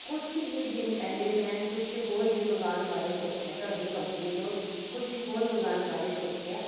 ਕੁਛ ਹੀ ਦਿਨ ਪਹਿਲਾਂ ਮੈਂ ਕੁਛ ਹੋਰ ਵੀ ਮੰਗਵਾਉਣ ਬਾਰੇ ਸੋਚਿਆ ਤੁਹਾਡੀ ਕੰਪਨੀ ਤੋਂ ਕੁਛ ਹੋਰ ਮੰਗਵਾਉਣ ਬਾਰੇ ਸੋਚਿਆ